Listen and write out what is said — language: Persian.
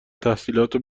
تحصیلاتو